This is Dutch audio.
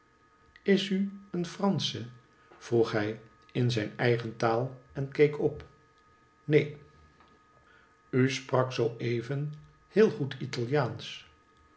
is u een fransche vroeg hij in zijn eigen taal en keek op neen u sprak zoo even heel goed italiaansch